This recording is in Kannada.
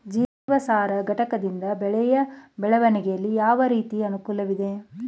ಜೀವಸಾರ ಘಟಕದಿಂದ ಬೆಳೆಯ ಬೆಳವಣಿಗೆಯಲ್ಲಿ ಯಾವ ರೀತಿಯ ಅನುಕೂಲವಿದೆ?